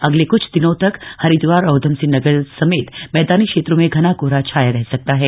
अगले क्छ दिनों तक हरिद्वार और उधमिसंह नगर समेत मैदानी क्षेत्रों में घना कोहरा छाया रह सकता है